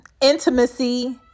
intimacy